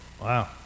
Wow